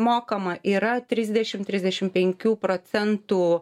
mokama yra trisdešim trisdešim penkių procentų